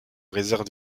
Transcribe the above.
réserve